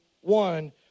one